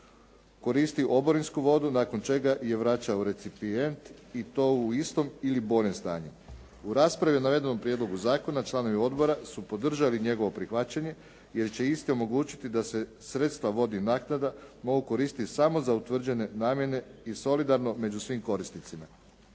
koristi oborinsku vodu nakon čega je vraća u … /Govornik se ne razumije./… i to u istom ili boljem stanju. U raspravi o navedenom prijedlogu zakona članovi odbora su podržali njegovo prihvaćanje, jer će isti omogućiti da se sredstva vodnih naknada mogu koristiti samo za utvrđene namjene i solidarno među svim korisnicima.